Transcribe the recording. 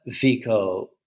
Vico